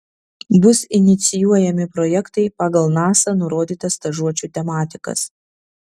bus inicijuojami projektai pagal nasa nurodytas stažuočių tematikas